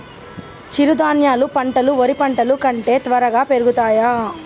చిరుధాన్యాలు పంటలు వరి పంటలు కంటే త్వరగా పెరుగుతయా?